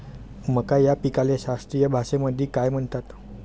मका या पिकाले शास्त्रीय भाषेमंदी काय म्हणतात?